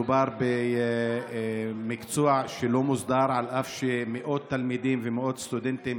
מדובר במקצוע שלא מוסדר אף שמאות תלמידים ומאות סטודנטים